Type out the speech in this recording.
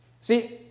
See